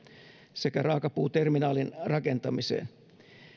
sekä raakapuuterminaalin rakentamiseen